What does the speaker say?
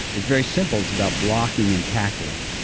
it's very simple. it's about blocking and tackling.